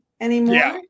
anymore